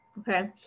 okay